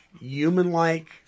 human-like